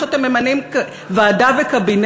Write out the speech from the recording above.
ומה אתם עושים בזמן שאתם ממנים ועדה וקבינט?